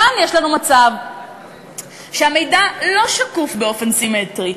כאן יש לנו מצב שהמידע לא שקוף באופן סימטרי,